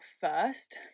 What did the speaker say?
first